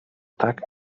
tak